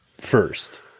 first